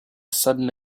sudden